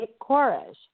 courage